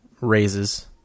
raises